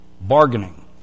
bargaining